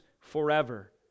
forever